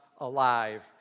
alive